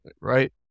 right